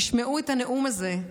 ישמעו את הנאום הזה,